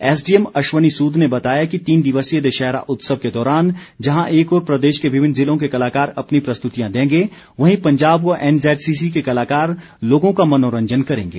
SDM Ashwani Sood ने बताया कि तीन दिवसीय दशहरा उत्सव के दौरान जहां एक ओर प्रदेश के विभिन्न जिलों के कलाकार अपनी प्रस्तुतियां देंगे वहीं पंजाब व एनजैडसीसी के कलाकार लोगों का मनोरंजन करेंगे